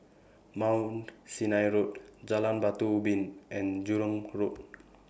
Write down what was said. Mount Sinai Road Jalan Batu Ubin and Jurong Road